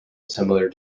similar